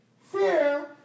fear